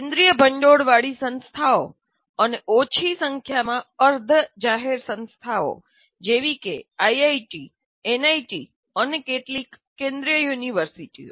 કેન્દ્રિય ભંડોળવાળી સંસ્થાઓ અને ઓછી સંખ્યામાં અર્ધ જાહેરસંસ્થાઓ જેવી કે આઈઆઈટી એનઆઈટી અને કેટલીક કેન્દ્રીય યુનિવર્સિટીઓ